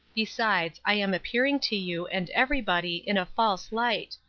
besides, i am appearing to you, and everybody, in a false light.